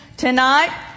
Tonight